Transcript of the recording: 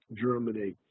Germany